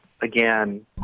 again